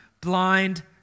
blind